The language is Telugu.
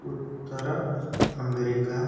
ఉత్తర అమెరికా